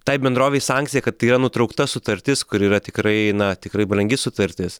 tai bendrovei sankcija kad tai yra nutraukta sutartis kur yra tikrai na tikrai brangi sutartis